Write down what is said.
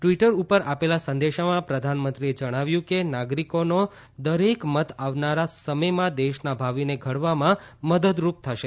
Twitter ઉપર આપેલા સંદેશામાં પ્રધાનમંત્રીએ જણાવ્યું છે કે નાગરિકોનો દરેક મત આવનારા સમયમાં દેશના ભાવિને ઘડવામાં મદદરૂપ થશે